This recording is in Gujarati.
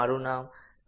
મારું નામ ડો